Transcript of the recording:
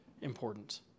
important